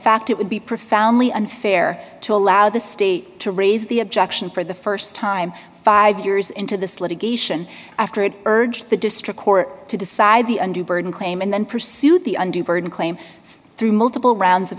fact it would be profoundly unfair to allow the state to raise the objection for the st time five years into this litigation after it urged the district court to decide the under burden claim and then pursue the undue burden claim through multiple rounds of